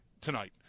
tonight